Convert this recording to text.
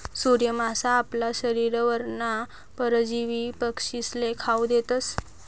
सूर्य मासा आपला शरीरवरना परजीवी पक्षीस्ले खावू देतस